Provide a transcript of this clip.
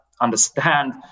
understand